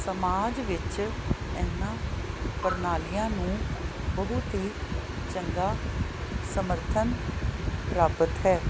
ਸਮਾਜ ਵਿੱਚ ਇਹਨਾਂ ਪ੍ਰਣਾਲੀਆਂ ਨੂੰ ਬਹੁਤ ਹੀ ਚੰਗਾ ਸਮਰਥਨ ਪ੍ਰਾਪਤ ਹੈ